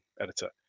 editor